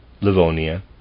Livonia